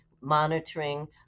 monitoring